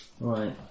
Right